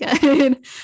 good